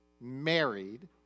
married